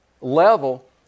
level